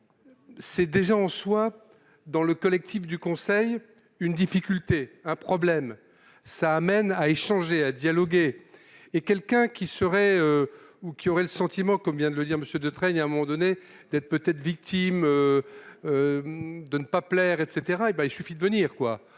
C'est déjà en soi dans le collectif du Conseil une difficulté un problème ça amène à échanger et à dialoguer et quelqu'un qui serait ou qui auraient le sentiment, comme vient de le dire Monsieur de traîner un moment donné, d'être peut-être victime de ne pas plaire etc, hé ben, il suffit de venir